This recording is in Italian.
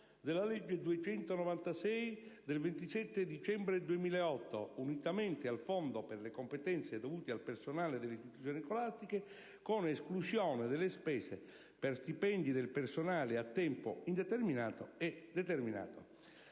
della legge n. 296 del 27 dicembre 2006, unitamente al Fondo per le competenze dovute al personale delle istituzioni scolastiche, con esclusione delle spese per stipendi del personale a tempo indeterminato e determinato.